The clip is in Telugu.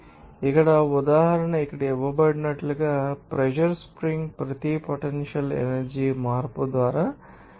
ఇక్కడ ఉదాహరణ ఇక్కడ ఇవ్వబడినట్లుగా ప్రెషర్ స్ప్రింగ్ ప్రతి పొటెన్షియల్ ఎనర్జీ మార్పు ద్వారా 0